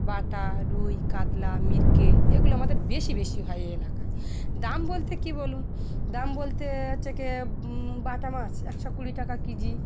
বাটা রুই কাতলা মৃগেল এগুলো আমাদের বেশি বেশি হয় এই এলাকায় দাম বলতে কী বলুন দাম বলতে হচ্ছে গিয়ে বাটা মাছ একশো কুড়ি টাকা কেজি